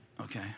Okay